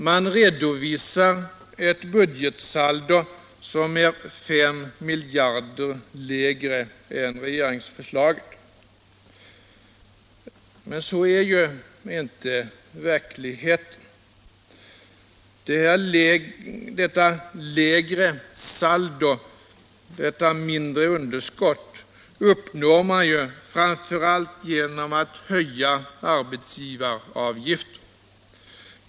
Man redovisar också ett budgetsaldo som är 5 miljarder lägre än regeringsförslagets. Så är det dock inte i verkligheten. Minskningen av underskottet uppnår man framför allt genom att höja arbetsgivaravgifterna.